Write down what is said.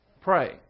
Pray